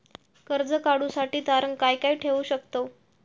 कर्ज काढूसाठी तारण काय काय ठेवू शकतव?